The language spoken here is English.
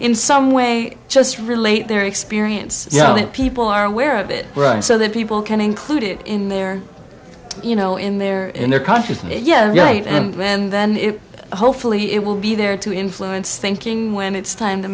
in some way just relate their experience that people are aware of it right so that people can include it in their you know in their in their countries yeah right and then hopefully it will be there to influence thinking when it's time to